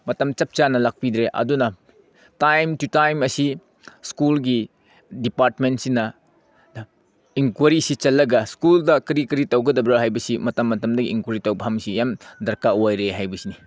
ꯃꯇꯝ ꯆꯞ ꯆꯥꯅ ꯂꯥꯛꯄꯤꯗ꯭ꯔꯦ ꯑꯗꯨꯅ ꯇꯥꯏꯝ ꯇꯨ ꯇꯥꯏꯝ ꯑꯁꯤ ꯁ꯭ꯀꯨꯜꯒꯤ ꯗꯤꯄꯥꯔꯃꯦꯟꯁꯤꯅ ꯏꯟꯀ꯭ꯋꯥꯔꯤꯁꯤ ꯆꯠꯂꯒ ꯁ꯭ꯀꯨꯜꯗ ꯀꯔꯤ ꯀꯔꯤ ꯇꯧꯒꯗꯕ꯭ꯔꯥ ꯍꯥꯏꯕꯁꯤ ꯃꯇꯝ ꯃꯇꯝꯗꯒꯤ ꯏꯟꯀ꯭ꯋꯥꯔꯤ ꯇꯧꯐꯝꯁꯤ ꯌꯥꯝ ꯗꯔꯀꯥꯔ ꯑꯣꯏꯔꯦ ꯍꯥꯏꯕꯁꯤꯅꯤ